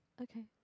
okay